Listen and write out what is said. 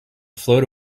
float